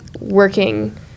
working